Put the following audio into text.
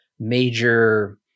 major